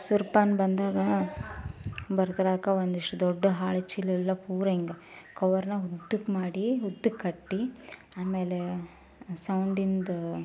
ಸುರೇಪಾನ ಬಂದಾಗ ಬರ್ತಲಾಕ ಒಂದಿಷ್ಟು ದೊಡ್ಡ ಹಾಳೆ ಚೀಲ ಎಲ್ಲ ಪೂರ ಹಿಂಗೆ ಕವರ್ನಾಗ ಉದ್ದಕ್ಕೆ ಮಾಡಿ ಉದ್ದಕ್ಕೆ ಕಟ್ಟಿ ಆಮೇಲೆ ಸೌಂಡಿಂದ